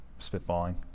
Spitballing